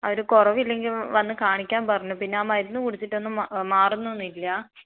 അവർ കുറവില്ലെങ്കിൽ വന്നു കാണിക്കാൻ പറഞ്ഞു പിന്നെ മരുന്ന് കുടിച്ചിട്ടൊന്നും മാ മാറുന്നൊന്നുല്ലാ